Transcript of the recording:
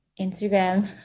Instagram